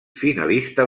finalista